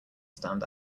stand